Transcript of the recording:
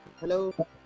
Hello